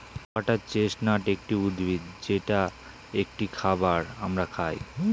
water chestnut একটি উদ্ভিদ যেটা একটি খাবার আমরা খাই